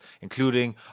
including